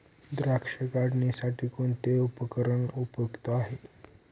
द्राक्ष काढणीसाठी कोणते उपकरण उपयुक्त आहे?